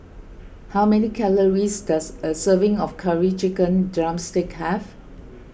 how many calories does a serving of Curry Chicken Drumstick have